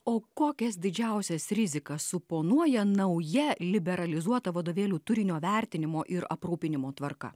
o kokias didžiausias rizikas suponuoja nauja liberalizuota vadovėlių turinio vertinimo ir aprūpinimo tvarka